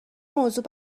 موضوع